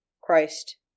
Christ